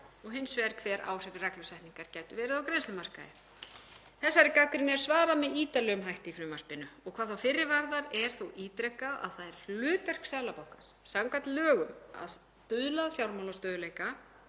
og hins vegar hver áhrif reglusetningar gætu verið á greiðslumarkaði. Þessari gagnrýni er svarað með ítarlegum hætti í frumvarpinu. Hvað þá fyrri varðar er þó ítrekað að það er hlutverk Seðlabankans samkvæmt lögum að stuðla að fjármálastöðugleika